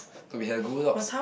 to be her Goldilocks